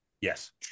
Yes